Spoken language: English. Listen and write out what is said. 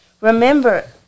Remember